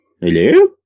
Hello